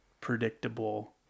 predictable